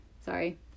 sorry